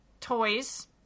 toys